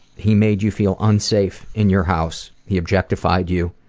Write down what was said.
he made you feel unsafe in your house, he objectified you,